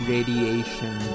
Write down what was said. Radiation